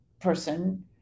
person